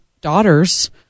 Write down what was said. daughters